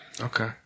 okay